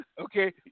Okay